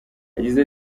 yagize